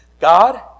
God